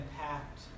impact